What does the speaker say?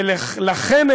ולכן,